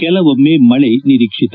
ಕೆಲವೊಮ್ನೆ ಮಳೆ ನಿರೀಕ್ಷಿತ